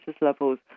levels